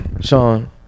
Sean